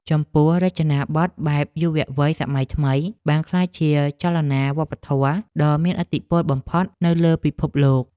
ចំពោះរចនាប័ទ្មបែបយុវវ័យសម័យថ្មី បានក្លាយជាចលនាវប្បធម៌ដ៏មានឥទ្ធិពលបំផុតនៅលើពិភពលោក។